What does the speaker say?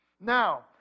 Now